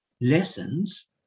lessons